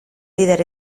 lider